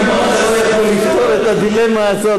לפתור את הדילמה הזאת,